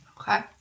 Okay